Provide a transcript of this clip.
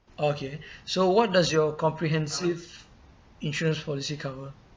okay so what does your comprehensive insurance policy cover